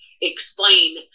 explain